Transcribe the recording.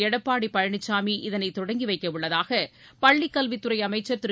எடப்பாடி பழனிசாமி இதனை தொடங்கி வைக்கவுள்ளதாக பள்ளிக் கல்வித்துறை அமைச்சர் திரு